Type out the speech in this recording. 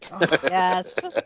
yes